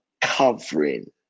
covering